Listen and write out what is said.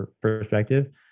perspective